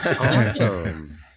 Awesome